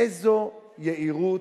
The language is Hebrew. איזו יהירות.